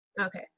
Okay